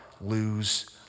lose